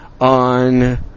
on